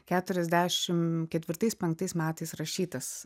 keturiasdešim ketvirtais penktais metais rašytas